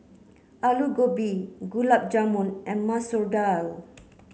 Alu Gobi Gulab Jamun and Masoor Dal